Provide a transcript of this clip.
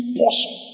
portion